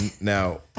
Now